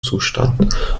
zustand